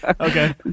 okay